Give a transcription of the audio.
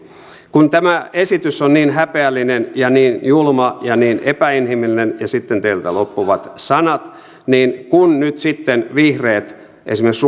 kun tämä esitys on niin häpeällinen ja niin julma ja niin epäinhimillinen ja sitten teiltä loppuvat sanat niin kun nyt sitten vihreät esimerkiksi